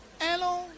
Hello